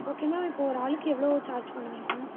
ஓகேன்னா இப்போ ஒரு ஆளுக்கு எவ்வளோ சார்ஜ் பண்ணுவிங்க மேம்